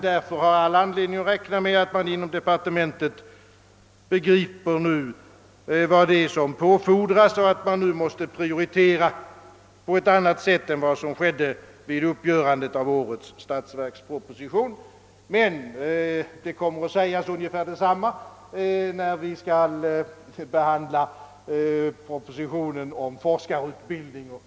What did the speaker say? Därför har vi all rätt att räkna med att man inom departementet begriper vad som fordras och att man måste prioritera på annat sätt än som skedde när årets statsverksproposition gjordes upp. Ungefär samma sak kommer att sägas när vi skall behandla propositionen om forskarutbildningen.